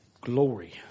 Glory